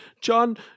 john